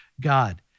God